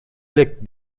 элек